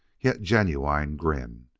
yet genuine grin.